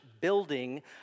building